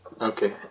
Okay